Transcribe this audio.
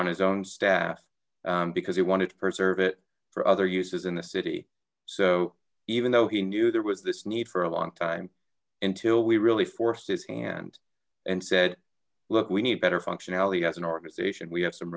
on his own staff because he wanted to preserve it for other uses in the city so even though he there was this need for a long time until we really forced his hand and said look we need better functionality as an organization we have some